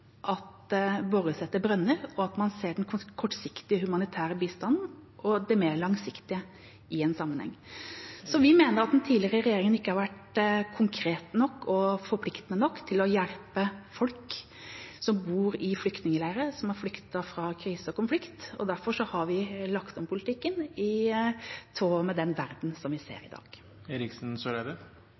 at det bores brønner, og at man ser den kortsiktige humanitære bistanden og det mer langsiktige i en sammenheng. Vi mener at den tidligere regjeringa ikke har vært konkret nok og forpliktende nok til å hjelpe folk som bor i flyktningleirer, og som har flyktet fra kriser og konflikt. Derfor har vi lagt om politikken i tråd med den verden vi ser i